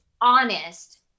honest